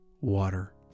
water